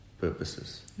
purposes